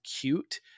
cute